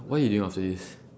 what are you doing after this